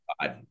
God